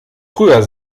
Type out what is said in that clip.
früher